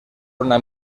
una